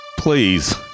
Please